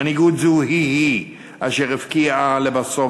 מנהיגות זו היא היא אשר הבקיעה לבסוף